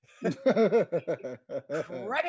Credit